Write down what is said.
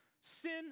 sin